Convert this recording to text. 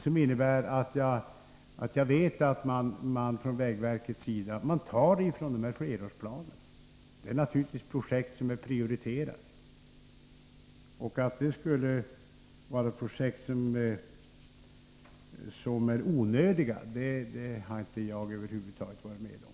Jag vet således att man från vägverkets sida så att säga tar från flerårsplanerna. Det är naturligtvis fråga om prioriterade projekt. Några onödiga projekt har jag över huvud taget inte varit med om.